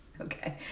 okay